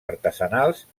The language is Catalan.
artesanals